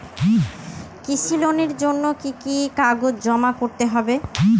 কৃষি লোনের জন্য কি কি কাগজ জমা করতে হবে?